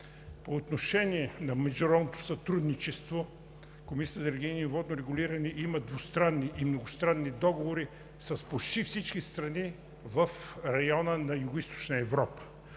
По отношение на международното сътрудничество. Комисията за енергийно и водно регулиране има двустранни и многостранни договори с почти всички страни в района на Югоизточна Европа.